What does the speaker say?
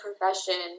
profession